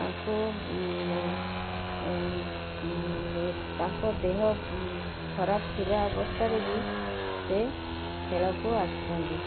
ତାଙ୍କୁ ତାଙ୍କ ଦେହ ଖରାପ୍ ଥିବା ଅବସ୍ଥାରେ ବି ସେ ଖେଳକୁ ଆସିଛନ୍ତି